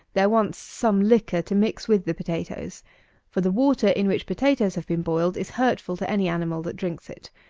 there wants some liquor to mix with the potatoes for the water in which potatoes have been boiled is hurtful to any animal that drinks it.